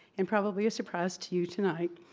and probably a surprise to you tonight,